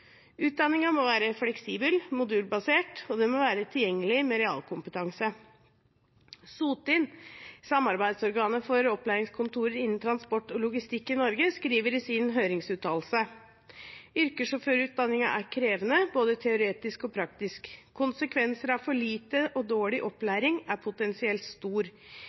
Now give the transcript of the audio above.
modulbasert, og den må være tilgjengelig med realkompetanse. SOTIN – samarbeidsorganet for opplæringskontorer innen transport og logistikk i Norge – skriver i sin høringsuttalelse: «Yrkessjåførutdanningen er krevende, både teoretisk og praktisk. Konsekvenser av for lite/dårlig opplæring er potensielt stor.